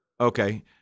Okay